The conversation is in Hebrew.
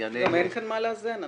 אין כאן מה לאזן.